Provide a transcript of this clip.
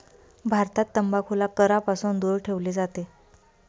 भारतात तंबाखूला करापासून दूर ठेवले जाते